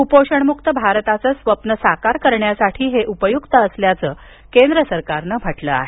कुपोषणमुक्त भारताचं स्वप्न साकार करण्यासाठी हे उपयुक्त असल्याचं केंद्र सरकारनं म्हटलं आहे